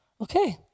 Okay